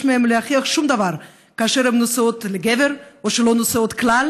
מהן להוכיח שום דבר כאשר הן נשואות לגבר או שהן לא נשואות כלל,